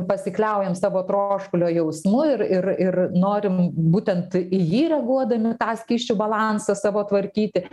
pasikliaujam savo troškulio jausmu ir ir ir norim būtent į jį reaguodami tą skysčių balansą savo tvarkyti